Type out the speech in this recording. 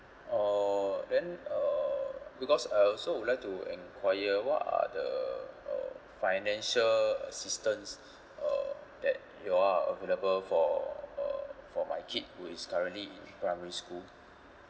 oh then uh because I also would like to enquire what are the uh financial assistance uh that you're available for uh for my kid who is currently in primary school